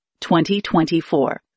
2024